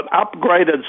upgraded